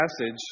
passage